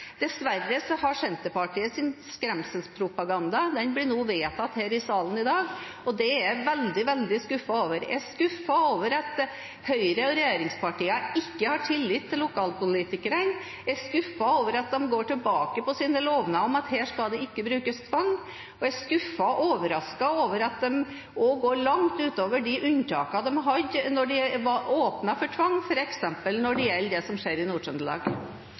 Dessverre blir Senterpartiets skremselspropaganda vedtatt her i salen i dag, og det er jeg veldig, veldig skuffet over. Jeg er skuffet over at Høyre og regjeringspartiene ikke har tillit til lokalpolitikerne, jeg er skuffet over at de går tilbake på sine lovnader om at det ikke skal brukes tvang, og jeg er skuffet og overrasket over at de også går langt utover de unntakene de hadde da det ble åpnet for tvang, f.eks. når det gjelder det som skjer i